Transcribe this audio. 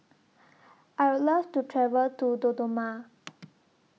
I Would Love to travel to Dodoma